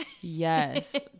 Yes